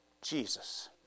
Jesus